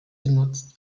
genutzt